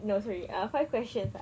no sorry uh five questions ah